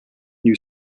new